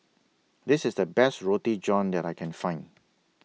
This IS The Best Roti John that I Can Find